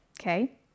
okay